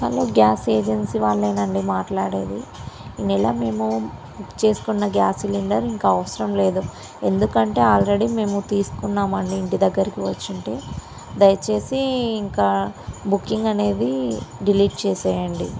hello gas agency వాళ్ళేనాండి మాట్లాడేది ఈ నెలా మేము బుక్ చేసుకున్న గ్యాస్ సిలిండర్ ఇంక అవసరం లేదు ఎందుకంటే ఆల్రెడీ మేము తీసుకున్నామండి ఇంటి దగ్గరికి వచ్చి ఉంటె దయచేసి ఇంకా బుకింగ్ అనేది డిలీట్ చేసేయండి